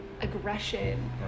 aggression